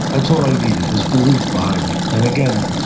that's all i needed, his belief behind me. and again,